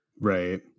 Right